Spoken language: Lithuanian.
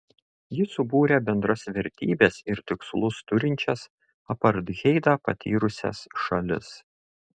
ji subūrė bendras vertybes ir tikslus turinčias apartheidą patyrusias šalis